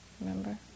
remember